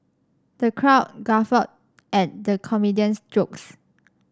the crowd guffawed at the comedian's jokes